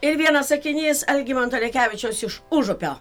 ir vienas sakinys algimanto lekevičiaus iš užupio